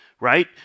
right